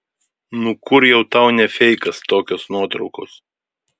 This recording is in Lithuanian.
nu kur jau tau ne feikas tokios nuotraukos